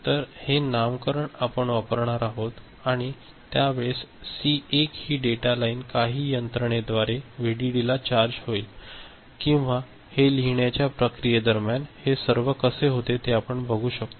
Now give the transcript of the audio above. तर हे नामकरण आपण वापरणार आहोत आणि त्यावेळेस सी 1 ही डेटा लाईन काही यंत्रणेद्वारे व्हीडीडी ला चार्ज होईल किंवा हे लिहिण्याच्या प्रक्रियेदरम्यान हे सर्व कसे होते ते आपण बघू शकतो